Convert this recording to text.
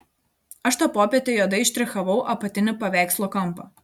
aš tą popietę juodai štrichavau apatinį paveikslo kampą